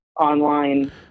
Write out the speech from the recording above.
online